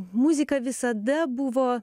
muzika visada buvo